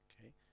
Okay